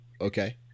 Okay